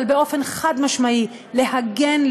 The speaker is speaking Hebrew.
אבל באופן חד-משמעי להגן,